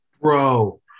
Bro